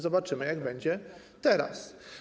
Zobaczymy, jak będzie teraz.